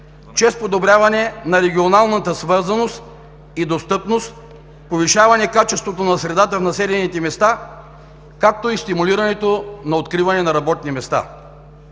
чрез подобряване на регионалната свързаност и достъпност, повишаване на качеството на средата в населените места, както и стимулиране откриването на работни места.